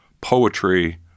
poetry